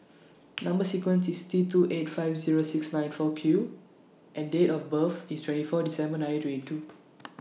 Number sequence IS T two eight five Zero six nine four Q and Date of birth IS twenty four December nineteen twenty two